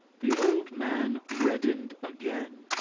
the old man reddened again.